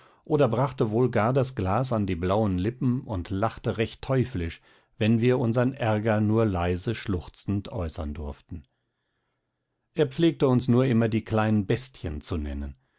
oder brachte wohl gar das glas an die blauen lippen und lachte recht teuflisch wenn wir unsern ärger nur leise schluchzend äußern durften er pflegte uns nur immer die kleinen bestien zu nennen